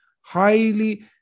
highly